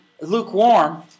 lukewarm